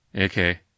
Okay